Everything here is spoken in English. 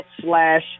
slash